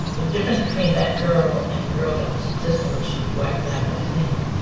and the difference between that girl and the girl that was existing, whether she'd be white, black or latino,